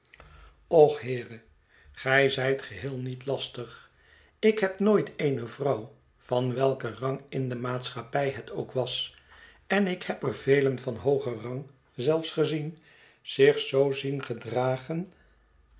och heere gij zijt geheel niet lastig ik heb nooit eene vrouw van welken rang in de maatschappij het ook was en ik heb er velen van hoogen rang zelfs gezien zich zoo zien gedragen